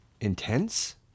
intense